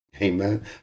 Amen